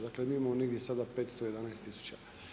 Dakle, mi imamo negdje sada 511 tisuća.